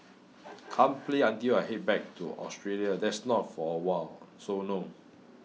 can't play until I head back to Australia that's not for awhile so no